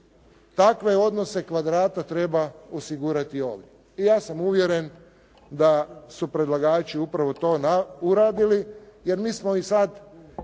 takve odnose kvadrata treba osigurati ovdje. I ja sam uvjeren da su predlagači upravo to uradili jer mi smo i sad